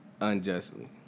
unjustly